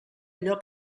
allò